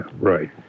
right